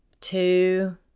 two